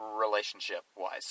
relationship-wise